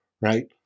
right